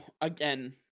again